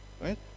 Right